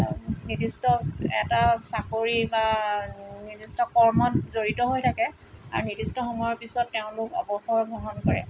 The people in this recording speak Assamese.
নিৰ্দিষ্ট এটা চাকৰি বা নিৰ্দিষ্ট কৰ্মত জড়িত হৈ থাকে আৰু নিৰ্দিষ্ট সময়ৰ পিছত তেওঁলোক অৱসৰ গ্ৰহণ কৰে